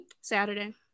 Saturday